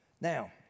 Now